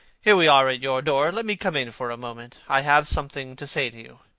here we are at your door. let me come in for a moment. i have something to say to you.